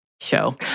show